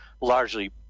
largely